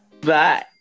bye